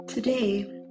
Today